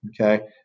Okay